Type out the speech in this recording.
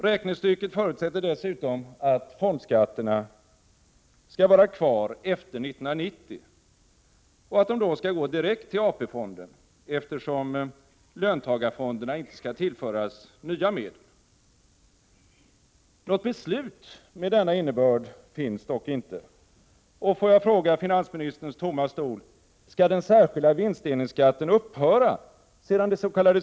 Räknestycket förutsätter dessutom att fondskatterna skall vara kvar efter 1990 och att de då skall gå direkt till AP-fonden, eftersom löntagarfonderna inte skall tillföras nya medel. Något beslut med denna innebörd finns dock inte. Får jag fråga finansministerns tomma stol: Skall den särskilda vinstdelningsskatten upphöra, sedan dets.k.